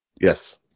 Yes